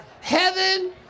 Heaven